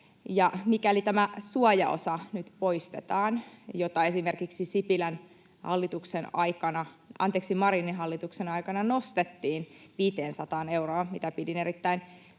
tämä suojaosa — jota esimerkiksi Marinin hallituksen aikana nostettiin 500 euroon, mitä pidin erittäin